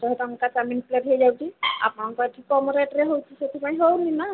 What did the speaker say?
ଶହେ ଟଙ୍କା chowmein plate ହୋଇଯାଉଛି ଆପଣଙ୍କର ଏଠି କମ୍ ରେଟ୍ରେ ହେଉଛି ସେଥିପାଇଁ ହେଉନି ନା